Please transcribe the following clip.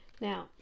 Now